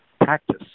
practice